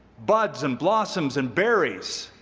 buds, and blossoms and berries